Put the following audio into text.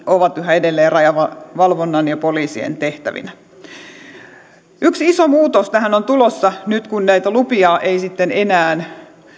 ovat yhä edelleen rajavalvonnan ja poliisien tehtävinä yksi iso muutos joka tähän on tulossa nyt kun näitä lupia ei sitten enää